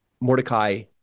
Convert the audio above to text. Mordecai